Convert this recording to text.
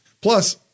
Plus